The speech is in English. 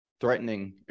threatening